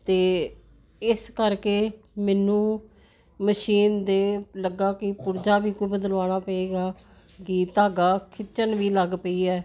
ਤੇ ਇਸ ਕਰਕੇ ਮੈਨੂੰ ਮਸ਼ੀਨ ਦੇ ਲੱਗਾ ਕਿ ਪੁਰਜਾ ਵੀ ਕੋਈ ਬਦਲਾਉਣਾ ਪਏਗਾ ਕਿ ਧਾਗਾ ਖਿੱਚਣ ਵੀ ਲੱਗ ਪਈ ਹੈ